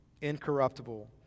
incorruptible